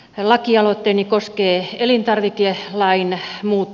lakialoitteeni koskee elintarvikelain muuttamista